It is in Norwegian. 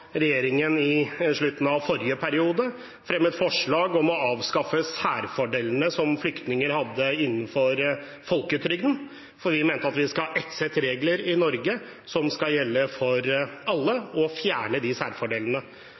regjeringen i slutten av forrige periode fremmet forslag om å avskaffe særfordelene som flyktninger hadde innenfor folketrygden, hvor vi mente at vi skal ha ett sett regler i Norge som skal gjelde for alle, og fjerner disse særfordelene.